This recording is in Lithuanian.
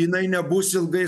jinai nebus ilgai